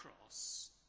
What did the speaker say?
cross